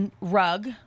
rug